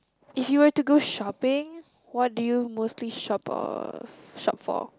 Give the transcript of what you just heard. if you were to go shopping what do you mostly shop or shop for